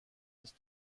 his